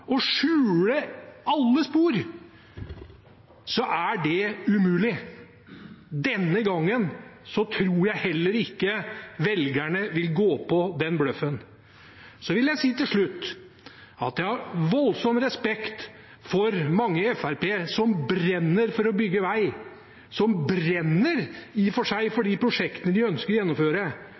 skjule alle spor, så er det umulig. Denne gangen tror jeg heller ikke velgerne vil gå på den bløffen. Så vil jeg si til slutt at jeg har voldsom respekt for mange i Fremskrittspartiet som brenner for å bygge vei, som i og for seg brenner for de prosjektene de ønsker å gjennomføre.